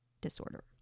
disorder